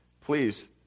Please